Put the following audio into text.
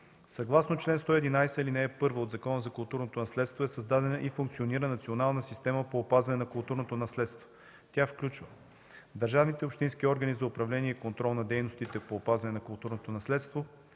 Съгласно чл. 111, ал. 1 от Закона за културното наследство е създадена и функционира Национална система по опазване на културното наследство. Тя включва държавните и общински органи за управление и контрол на дейностите по опазване на културното наследство,